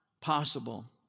possible